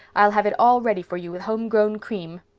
i'll have it all ready for you with home-grown cream.